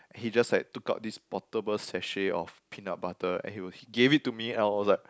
he just like took out this portable sachet of peanut butter and he will give it to me and I was like